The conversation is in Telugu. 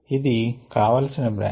ఇది కావలసిన బ్రాంచ్